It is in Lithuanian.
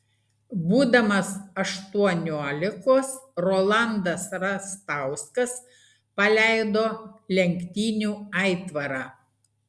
būdamas aštuoniolikos rolandas rastauskas paleido lenktynių aitvarą